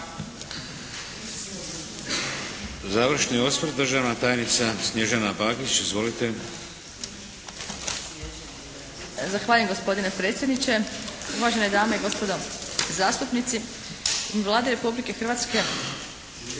Završni osvrt. Državna tajnica Snježana Bagić. Izvolite! **Bagić, Snježana** Zahvaljujem gospodine predsjedniče, uvažene dame i gospodo zastupnici. Vladi Republike Hrvatske